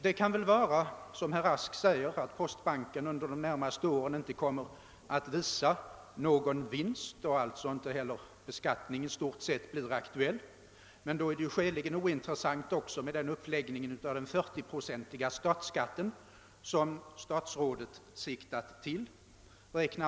Det kan vara riktigt som herr Rask sade, att postbanken under de närmaste åren inte kommer att visa någon vinst och att frågan om beskattning därför i stort sett inte blir aktuell, men då är ju också den frågan skäligen ointressant, med den uppläggning av den 40 procentiga statsskatten som statsrådet siktar till.